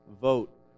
vote